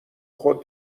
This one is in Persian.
خود